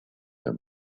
him